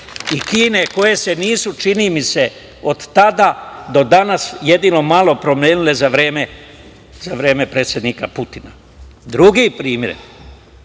i Kine, koje se nisu, čini mi se, od tada do danas, jedino malo promenile za vreme predsednika Putina. Drugi primer,